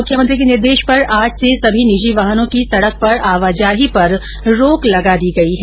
मुख्यमंत्री के निर्देश पर आज से सभी निजी वाहनों की सड़क पर आवाजाही पर रोक लगा दी गई है